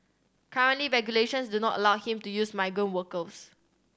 currently regulations do not allow him to use migrant workers